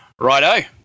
Righto